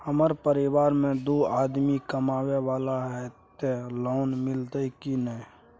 हमरा परिवार में दू आदमी कमाए वाला हे ते लोन मिलते की ने?